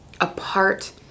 apart